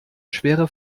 schwere